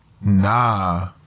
Nah